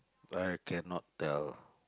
I cannot tell